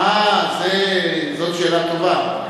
אה, זה, זאת שאלה טובה.